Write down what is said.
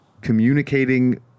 communicating